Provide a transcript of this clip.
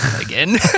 again